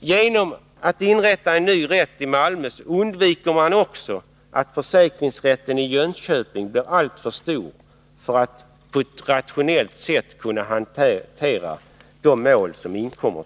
Genom att inrätta en ny rätt i Malmö undviker man också att försäkringsrätten i Jönköping blir alltför stor för att på ett rationellt sätt kunna hantera de mål som inkommer.